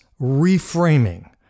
reframing